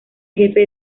jefe